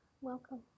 Welcome